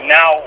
Now